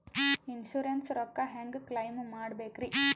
Insurance ರೊಕ್ಕ ಹೆಂಗ claim ಮಾಡ್ಬೇಕ್ರಿ?